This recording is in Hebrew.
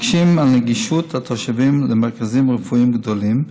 מקשים על התושבים את הגישה למרכזים רפואיים גדולים,